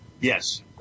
Yes